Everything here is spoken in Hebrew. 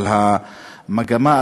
אבל המגמה,